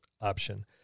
option